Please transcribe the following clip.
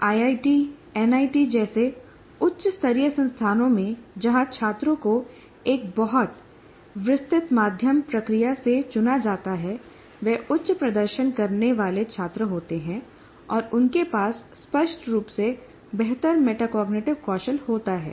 IIT NIT IIT NIT जैसे उच्च स्तरीय संस्थानों में जहां छात्रों को एक बहुत विस्तृतमाध्यम प्रक्रिया से चुना जाता है वे उच्च प्रदर्शन करने वाले छात्र होते हैं और उनके पास स्पष्ट रूप से बेहतर मेटाकॉग्निटिव कौशल होता है